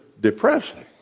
depressing